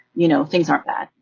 you know, things aren't bad,